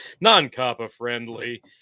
non-coppa-friendly